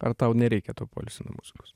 ar tau nereikia to poilsio nuo muzikos